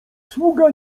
sługa